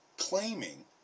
claiming